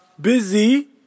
busy